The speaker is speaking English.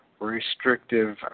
restrictive